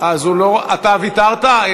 אתה ויתרת?